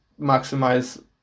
maximize